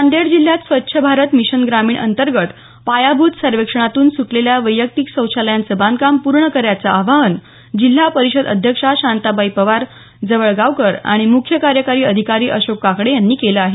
नांदेड जिल्ह्यात स्वच्छ भारत मिशन ग्रामीण अंतर्गत पायाभूत सर्वेक्षणातून सुटलेल्या वैयक्तिक शौचालयांचं बांधकाम पूर्ण करण्याचं आवाहन जिल्हा परिषद अध्यक्षा शांताबाई पवार जवळगावकर आणि मुख्य कार्यकारी अधिकारी अशोक काकडे यांनी केलं आहे